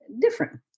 different